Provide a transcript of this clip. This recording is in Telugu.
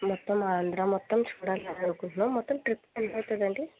మొత్తం ఆంధ్రా మొత్తం చూడాలని అనుకుంటున్నాం మొత్తం ట్రిప్పుకి ఎంత అవతుంది అండి